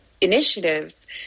initiatives